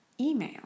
email